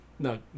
No